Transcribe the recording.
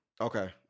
Okay